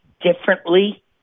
differently